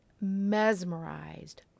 mesmerized